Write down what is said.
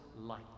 light